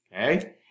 okay